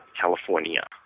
California